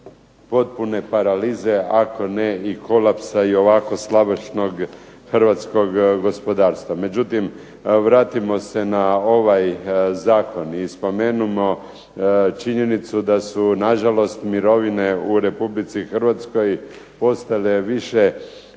potpune paralize, ako ne i kolapsa i ovako slabog hrvatskog gospodarstva. Međutim, vratimo se na ovaj zakon i spomenimo činjenicu da su nažalost mirovine u Republici HRvatskoj postale više